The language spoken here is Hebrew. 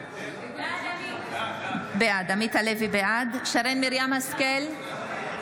בעד שרן מרים השכל,